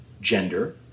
gender